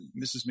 Mrs